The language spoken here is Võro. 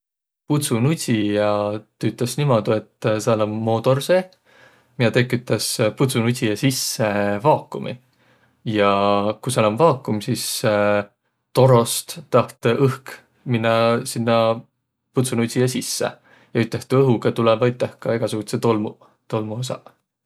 Pudsunudsija tüütäs niimuudu, et sääl om moodor seeh, miä tekitäs pudsunudsija sisse vaakumi. Ja ku sääl om vaakum, sis torost taht õhk minnäq sinnäq pudsunudsija sisse. Ja üteh tuu õhuga tulõvaq üteh ka egäsugudsõq tolmuq, tolmuosaq.